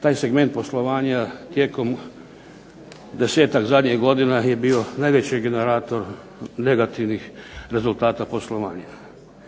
Taj segment poslovanja tijekom 10-ak zadnjih godina je bio najveći generator negativnih rezultata poslovanja.